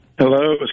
Hello